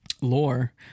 lore